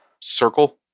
circle